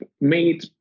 made